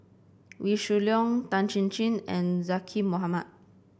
Wee Shoo Leong Tan Chin Chin and Zaqy Mohamad